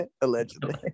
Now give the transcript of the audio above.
Allegedly